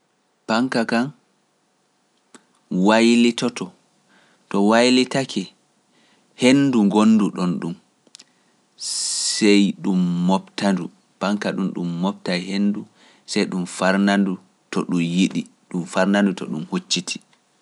Fanka kam waylitoto to waylitake henndu ngonndu ɗonɗum sey ɗum mooɓta-ndu, fanka ɗum ɗum mooɓtay henndu sey ɗum farna-ndu to ɗum yiɗi, ɗum farna-ndu to ɗum huccitii.